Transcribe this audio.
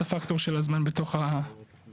את הפקטור של הזמן בתוך הפטור.